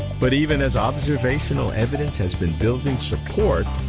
but even as observational evidence has been building support,